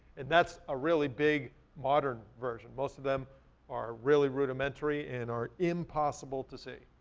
and that's a really big modern version. most of them are really rudimentary and are impossible to see.